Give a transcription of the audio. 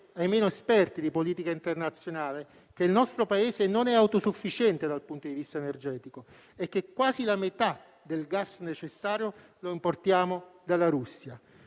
ai meno esperti di politica internazionale che il nostro Paese non è autosufficiente dal punto di vista energetico e che quasi la metà del gas necessario lo importiamo dalla Russia.